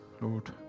Lord